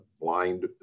blind